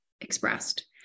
expressed